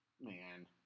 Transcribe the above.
Man